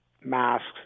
masks